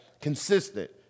consistent